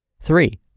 Three